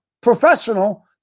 professional